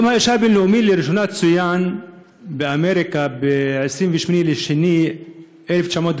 יום האישה הבין-לאומי צוין לראשונה באמריקה ב-28 בפברואר